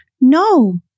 no